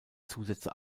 zusätze